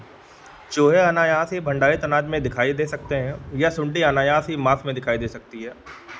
चूहे अनायास ही भंडारित अनाज में दिखाई दे सकते हैं या सुंडी अनायास ही मांस में दिखाई दे सकती है